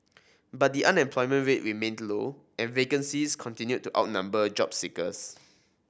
but the unemployment rate remained low and vacancies continued to outnumber job seekers